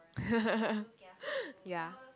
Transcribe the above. yeah